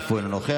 אף הוא אינו נוכח.